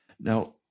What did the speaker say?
Now